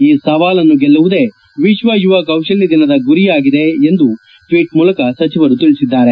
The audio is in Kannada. ಈ ಸವಾಲನ್ನು ಗೆಲ್ಲುವುದೇ ವಿಶ್ವ ಯುವ ಕೌಶಲ್ಲ ದಿನದ ಗುರಿಯಾಗಿದೆ ಎಂದು ಟ್ನೀಟ್ ಮೂಲಕ ಸಚಿವರು ತಿಳಿಸಿದ್ದಾರೆ